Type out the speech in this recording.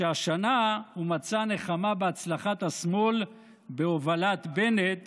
והשנה הוא מצא נחמה בהצלחת השמאל בהובלת בנט